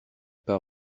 part